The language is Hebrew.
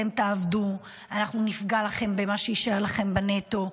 אתם תעבדו, אנחנו נפגע לכם במה שיישאר לכם בנטו.